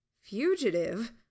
Fugitive